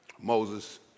Moses